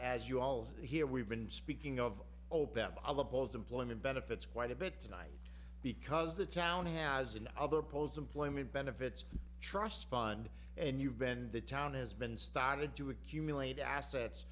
as you all here we've been speaking of open all the balls employment benefits quite a bit tonight because the town has an other post employment benefits trust fund and you've been the town has been started to accumulate assets